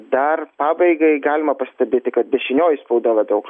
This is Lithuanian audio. dar pabaigai galima pastebėti kad dešinioji spauda labiau